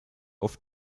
oft